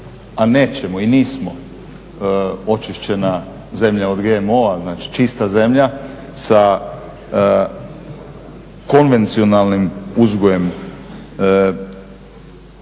a nećemo i nismo, očišćena zemlja od GMO-a, znači čista zemlja sa konvencionalnim uzgojem susjedstvu